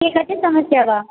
की कथि समस्या बा